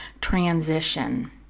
transition